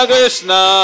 Krishna